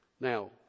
Now